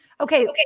okay